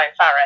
Farah